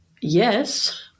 yes